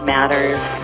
Matters